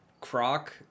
croc